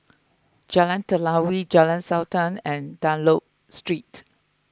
Jalan Telawi Jalan Sultan and Dunlop Street